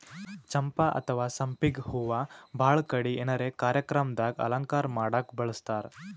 ಚಂಪಾ ಅಥವಾ ಸಂಪಿಗ್ ಹೂವಾ ಭಾಳ್ ಕಡಿ ಏನರೆ ಕಾರ್ಯಕ್ರಮ್ ದಾಗ್ ಅಲಂಕಾರ್ ಮಾಡಕ್ಕ್ ಬಳಸ್ತಾರ್